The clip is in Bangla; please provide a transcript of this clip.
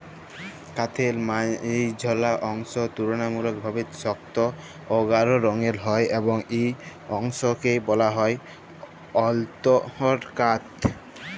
কাঠের মাইঝল্যা অংশ তুললামূলকভাবে সক্ত অ গাঢ় রঙের হ্যয় এবং ই অংশকে ব্যলা হ্যয় অল্তরকাঠ